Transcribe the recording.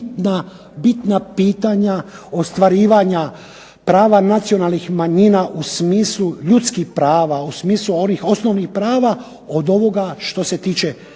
bitna pitanja ostvarivanja prava nacionalnih manjina u smislu ljudskih prava, u smislu onih osnovnih prava od ovoga što se tiče novaca